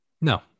No